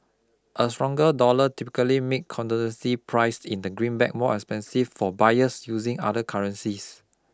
a stronger dollar typically make commodities priced in the greenback more expensive for buyers using other currencies